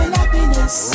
happiness